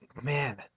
man